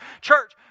Church